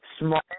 Small